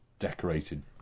Decorated